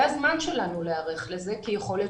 זה הזמן שלנו להיערך לזה כי יכול להיות